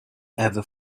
ever